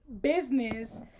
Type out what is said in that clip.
business